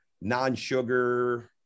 non-sugar